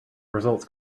results